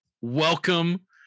welcome